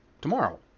tomorrow